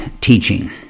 teaching